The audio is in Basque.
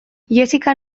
jessica